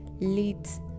leads